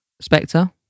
Spectre